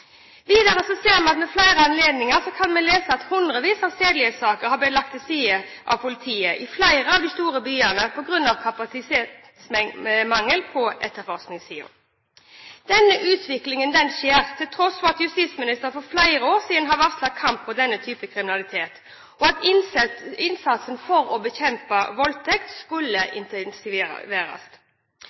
Videre har vi ved flere anledninger kunnet lese at hundrevis av sedelighetssaker har blitt lagt til side av politiet i flere av de store byene på grunn av kapasitetsmangel på etterforskningssiden. Denne utviklingen skjer til tross for at justisministeren for flere år siden varslet kamp mot denne type kriminalitet, og at innsatsen for å bekjempe voldtekt skulle